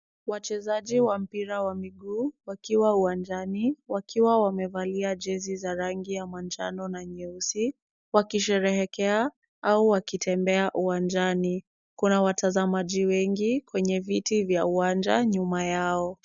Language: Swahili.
Wachezaji wa mpira wa miguu wakiwa uwanjani wakiwa wamevalia jezi za rangi ya manjano na nyeusi wakisherehekea au wakitembea uwanjani. Kuna watazamaji wengi kwenye viti vya uwanja nyuma yao.